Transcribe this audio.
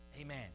Amen